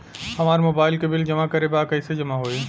हमार मोबाइल के बिल जमा करे बा कैसे जमा होई?